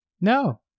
No